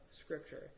scripture